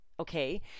Okay